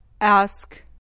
Ask